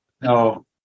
no